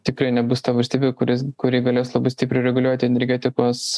tikrai nebus ta valstybė kuri kuri galės labai stipriai reguliuoti energetikos